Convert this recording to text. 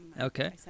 Okay